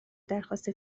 درخواست